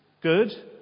Good